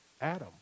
Adam